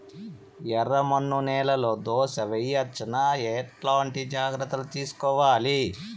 ఎర్రమన్ను నేలలో దోస వేయవచ్చునా? ఎట్లాంటి జాగ్రత్త లు తీసుకోవాలి?